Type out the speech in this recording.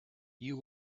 you